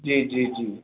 जी जी जी